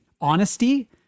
honesty